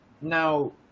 Now